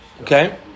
Okay